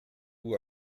vous